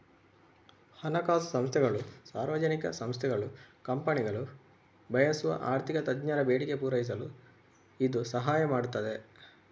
ಹಣಕಾಸು ಸಂಸ್ಥೆಗಳು, ಸಾರ್ವಜನಿಕ ಸಂಸ್ಥೆಗಳು, ಕಂಪನಿಗಳು ಬಯಸುವ ಆರ್ಥಿಕ ತಜ್ಞರ ಬೇಡಿಕೆ ಪೂರೈಸಲು ಇದು ಸಹಾಯ ಮಾಡ್ತದೆ